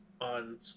on